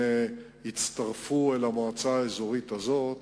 הם יצורפו למועצה האזורית הזאת,